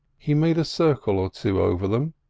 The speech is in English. he made a circle or two over them,